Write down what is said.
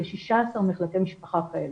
יש 16 מחלפי משפחה כאלה.